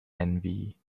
envy